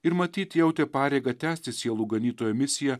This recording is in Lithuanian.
ir matyt jautė pareigą tęsti sielų ganytojo misiją